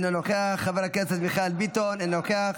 אינו נוכח, חבר הכנסת מיכאל ביטון, אינו נוכח,